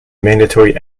mandatory